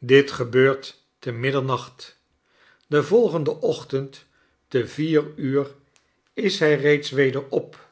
dit gebeurt te middernacht den volgenden ochtend te vier uur is hij reeds weder op